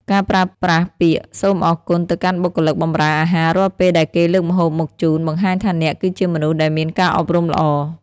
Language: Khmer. ការប្រើប្រាស់ពាក្យ "សូមអរគុណ" ទៅកាន់បុគ្គលិកបម្រើអាហាររាល់ពេលដែលគេលើកម្ហូបមកជូន បង្ហាញថាអ្នកគឺជាមនុស្សដែលមានការអប់រំល្អ។